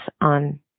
on